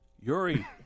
Yuri